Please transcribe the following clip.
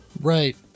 Right